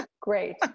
great